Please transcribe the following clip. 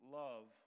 love